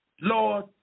Lord